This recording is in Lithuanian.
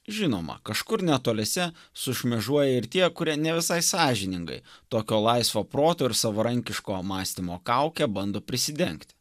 žinoma kažkur netoliese sušmėžuoja ir tie kurie ne visai sąžiningai tokio laisvo proto ir savarankiško mąstymo kauke bando prisidengt